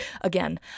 again